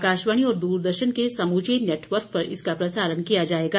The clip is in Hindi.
आकाशवाणी और दूरदर्शन के समूचे नेटवर्क पर इसका प्रसारण किया जायेगा